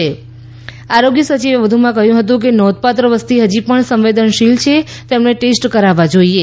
જોકે આરોગ્ય સચિવે કહ્યું હતું કે નોંધપાત્ર વસ્તી હજી પણ સંવેદનશીલ છે અને તેમણે ટેસ્ટ કરાવવા જોઈએ